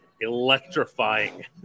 electrifying